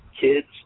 kids